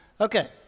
Okay